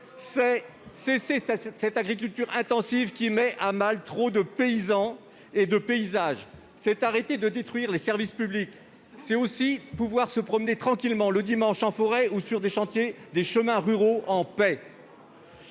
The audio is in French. C'est cesser cette agriculture intensive qui met à mal trop de paysans et de paysages. C'est arrêter de détruire les services publics. C'est aussi pouvoir, le dimanche, se promener tranquillement, en paix, en forêt ou sur des chemins ruraux.